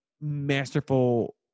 masterful